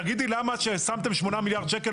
תגידי למה כששמתם שמונה מיליארד שקל,